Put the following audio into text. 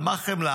על מה חמלה,